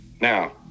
Now